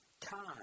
time